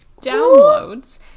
downloads